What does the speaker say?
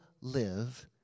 live